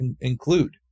include